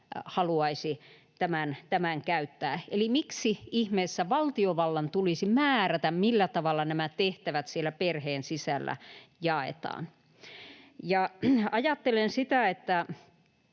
haluaisi tämän käyttää? Miksi ihmeessä valtiovallan tulisi määrätä, millä tavalla nämä tehtävät perheen sisällä jaetaan? Ajattelen, että